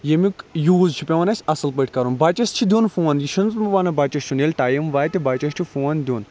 یمیُک یوٗز چھُ پیٚوان اَسہِ اصل پٲٹھۍ کَرُن بَچَس چھُ دِیُن فون یہِ چھُ نہٕ نہٕ بہٕ وَنان بَچَن چھُ نہٕ ییٚلہِ ٹایِم واتہِ بَچَس چھُ فون دِیُن